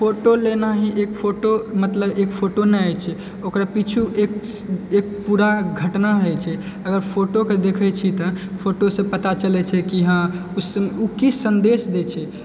photo लेना हि एक फोटो मतलब एक फोटो नहि होइ छै ओकर पिछू एक एक पूरा घटना होइ छै अगर फोटो के देखै छी तऽ फोटो से पता चलै छै कि हँ ओ किस ओ की संदेश देय छै